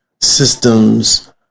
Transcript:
systems